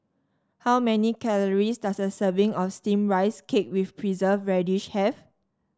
how many calories does a serving of steamed Rice Cake with Preserved Radish have